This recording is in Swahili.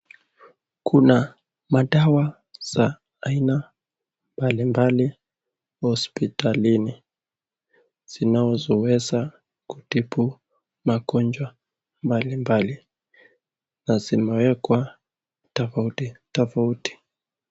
Kuna madawa za aina mbalimbali za hospitalini zinazoweza kutibu magonjwa mbalimbali na zimewekwa tafauti tafauti.